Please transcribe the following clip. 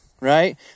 right